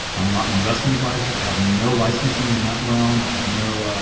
i'm not an investment advisor. i have no licensing in that realm. i have no